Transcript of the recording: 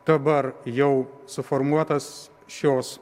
dabar jau suformuotas šios